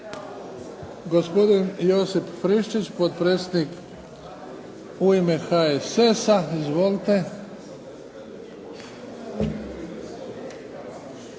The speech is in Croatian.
Gospodin Josip Friščić, potpredsjednik u ime HSS-a. Izvolite.